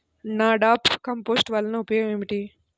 NADEP compost వలన ఉపయోగం ఏమిటి?